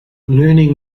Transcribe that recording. learning